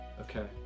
Okay